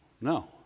No